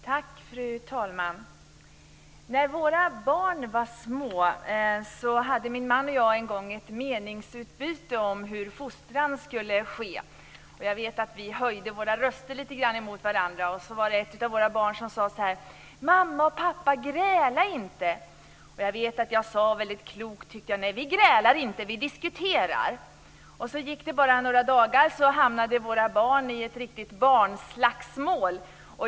Fru talman! När våra barn var små hade min man och jag en gång ett meningsutbyte om hur fostran skulle ske. Jag vet att vi höjde våra röster lite grann. Då sade ett av våra barn: Mamma och pappa gräla inte! Jag vet att jag tyckte att jag väldigt klokt sade: Nej, vi grälar inte, vi diskuterar. Sedan gick det bara några dagar så hamnade våra barn i ett riktigt barnslagsmål.